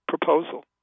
proposal